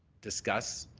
discuss